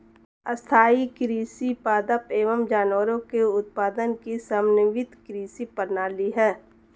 स्थाईं कृषि पादप एवं जानवरों के उत्पादन की समन्वित कृषि प्रणाली है